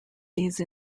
these